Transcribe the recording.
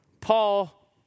Paul